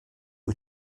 wyt